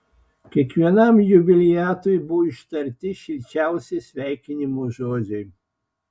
kiekvienam jubiliatui buvo ištarti šilčiausi sveikinimo žodžiai